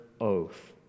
oath